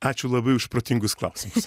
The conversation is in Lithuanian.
ačiū labai už protingus klausimus